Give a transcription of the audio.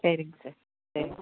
சரிங் சார் சரி